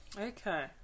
okay